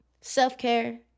self-care